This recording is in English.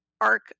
arc